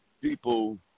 people